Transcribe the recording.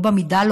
לא במידה,